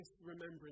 Remembrance